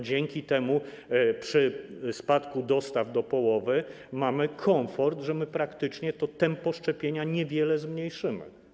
Dzięki temu przy spadku dostaw o połowę mamy komfort, że praktycznie to tempo szczepienia niewiele zmniejszymy.